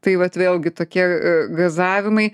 tai vat vėlgi tokie gazavimai